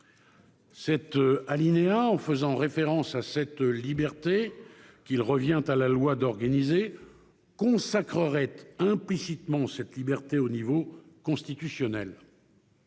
cet alinéa, en faisant référence à cette liberté qu'il revient à la loi d'organiser, consacrerait implicitement cette liberté au niveau constitutionnel.